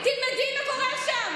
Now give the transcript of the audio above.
תפסיקי לצרוח.